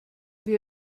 wir